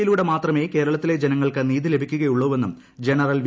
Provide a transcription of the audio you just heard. യിലൂടെ മാത്രമേ കേരളത്തിലെ ജനങ്ങൾക്ക് നീതി ലഭിക്കുകയുള്ളൂവെന്നും ജനറൽ വി